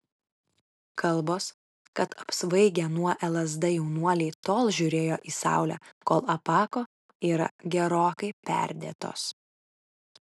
kalbos kad apsvaigę nuo lsd jaunuoliai tol žiūrėjo į saulę kol apako yra gerokai perdėtos